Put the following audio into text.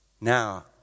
Now